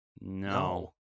No